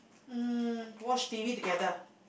um watch T_V together